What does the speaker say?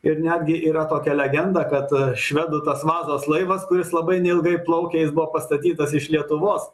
ir netgi yra tokia legenda kad švedų tas vazos laivas kuris labai neilgai plaukė jis buvo pastatytas iš lietuvos